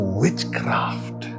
witchcraft